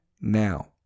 now